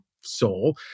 soul